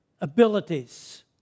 abilities